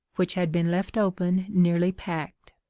which had been left open nearly packed.